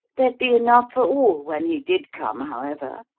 there'd be enough for all when he did come, however,